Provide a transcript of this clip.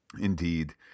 Indeed